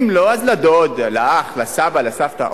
אם לא, אז לדוד, לאח, לסבא, לסבתא.